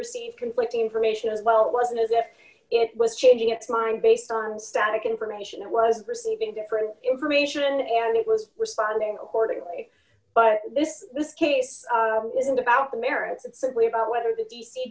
receive conflicting information as well it wasn't as if it was changing its mind based on static information it was receiving different information and it was responding accordingly but this this case isn't about the merits it's simply about whether the d c